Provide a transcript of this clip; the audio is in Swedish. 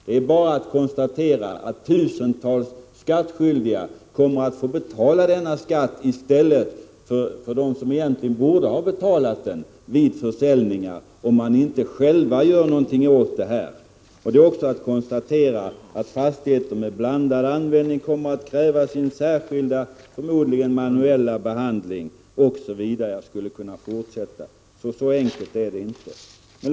Det är bara att konstatera att tusentals skattskyldiga i samband med köp och försäljning av fastigheter kommer, om de inte själva gör något åt det, att få betala denna skatt i stället för dem som egentligen borde ha fått betala den vid försäljningen. Och det är bara att konstatera att fastigheter med blandad användning kommer att kräva sin särskilda, förmodligen manuella behandling osv. Jag skulle kunna fortsätta denna uppräkning. Så enkelt är det inte som Lars Hedfors påstår.